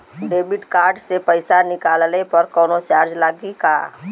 Debit card से पैसा निकलले पर कौनो चार्ज लागि का?